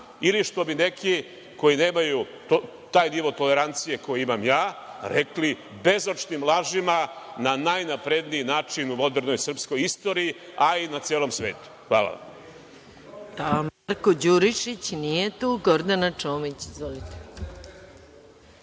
ili što bi neki, koji nemaju taj nivo tolerancije koju imam ja, rekli bezočnim lažima na najnapredniji način u modernoj srpskoj istoriji, a i na celom svetu. Hvala vam.